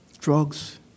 drugs